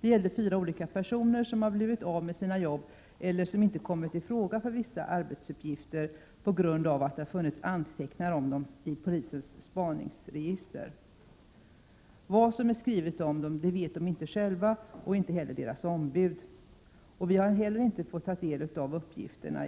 Det gällde fyra olika personer som blivit av med sina arbeten eller inte kommit i fråga för vissa arbetsuppgifter på grund av att det har funnits anteckningar om dem i polisens spaningsregister. Vad som är skrivet om dem vet varken de själva eller deras ombud. Utskottet har inte heller fått ta del av uppgifterna.